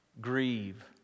grieve